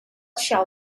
shall